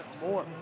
more